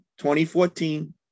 2014